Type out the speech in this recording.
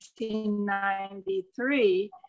1993